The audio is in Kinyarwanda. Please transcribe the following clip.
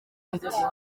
ati